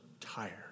tired